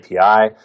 API